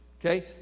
Okay